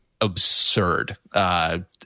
absurd